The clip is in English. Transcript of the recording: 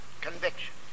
Conviction